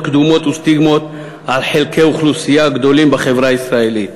קדומות וסטיגמות על חלקי אוכלוסייה גדולים בחברה הישראלית.